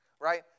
right